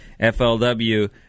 FLW